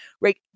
right